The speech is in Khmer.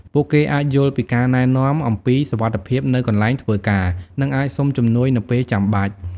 ពួកគេអាចយល់ពីការណែនាំអំពីសុវត្ថិភាពនៅកន្លែងធ្វើការ និងអាចសុំជំនួយនៅពេលចាំបាច់។